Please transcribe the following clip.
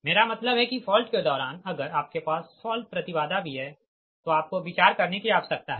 मेरा मतलब है कि फॉल्ट के दौरान अगर आपके पास फॉल्ट प्रति बाधा भी है तो आपको विचार करने की आवश्यकता है